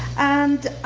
and